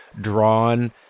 drawn